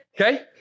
Okay